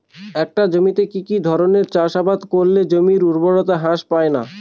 একটা জমিতে কি কি ধরনের চাষাবাদ করলে জমির উর্বরতা হ্রাস পায়না?